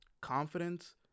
confidence